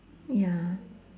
ya